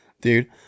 Dude